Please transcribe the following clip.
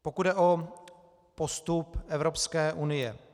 Pokud jde o postup Evropské unie.